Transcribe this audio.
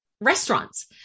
restaurants